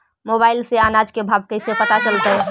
Mobile से अनाज के भाव कैसे पता चलतै?